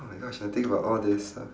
oh my gosh I think about all these ah